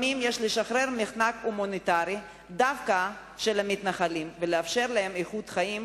לפעמים יש לשחרר מחנק הומניטרי של המתנחלים דווקא ולאפשר להם איכות חיים